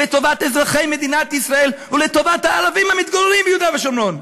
לטובת אזרחי מדינת ישראל ולטובת הערבים המתגוררים ביהודה ושומרון.